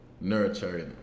nurturing